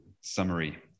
summary